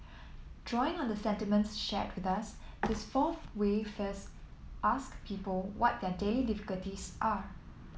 drawing on the sentiments shared with us this fourth way first ask people what their daily difficulties are